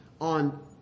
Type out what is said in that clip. on